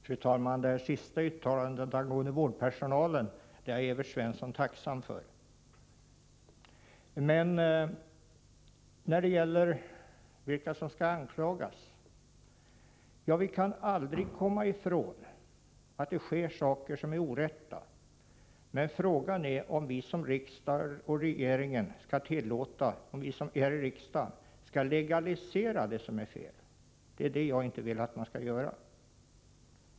Fru talman! Det här sista uttalandet angående vårdpersonalen är jag Evert Svensson tacksam för. Men när det gäller vilka som skall anklagas vill jag säga, att vi kan aldrig komma ifrån att det sker saker som är orätta. Frågan är emellertid om regeringen och vi som sitter i riksdagen skall legalisera det som är fel. Det är detta jag vill att man inte skall göra.